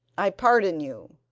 i pardon you.